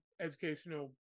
educational